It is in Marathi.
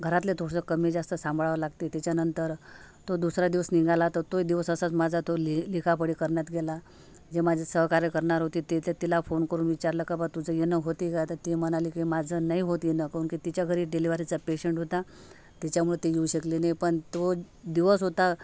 घरातले थोडंसं कमीजास्त सांभाळावं लागतंय त्याच्यानंतर तो दुसरा दिवस निघाला त तोही दिवस असाच माझा तो लिह लिखापढी करण्यात गेला जे माझे सहकार्य करण्यार होते ते तर तिला फोन करून विचारलं का बा तुझं येणं होते का तर ती म्हणाली की माझं नाही होत येणं काहून की तिच्या घरी डिलिव्हरीचा पेशंट होता तिच्यामुळे ती येऊ शकली नाही पण तो दिवस होता